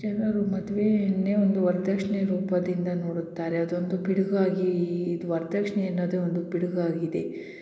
ಜನರು ಮದುವೆಯನ್ನೇ ಒಂದು ವರದಕ್ಷ್ಣೆ ರೂಪದಿಂದ ನೋಡುತ್ತಾರೆ ಅದೊಂದು ಪಿಡುಗಾಗಿ ಇದು ವರದಕ್ಷ್ಣೆ ಎನ್ನೋದು ಒಂದು ಪಿಡುಗಾಗಿದೆ